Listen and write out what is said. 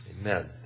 Amen